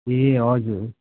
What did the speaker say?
ए हजुर